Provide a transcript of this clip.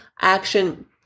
action